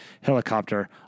helicopter